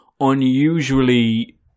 unusually